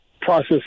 process